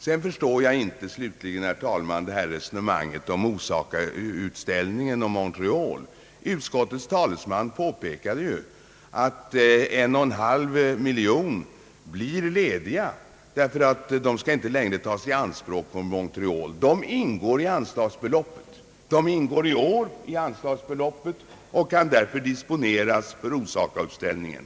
Slutligen, herr talman, vill jag säga att jag inte förstår reservanternas resonemang om Osaka och Montreal. Utskottets talesman påpekade ju att 1,5 miljon kronor blir lediga därför att medel inte längre tas i anspråk för världsutställningen i Montreal. Den summan ingår i år i anslagsbeloppet och kan därför disponeras för Osakautställningen.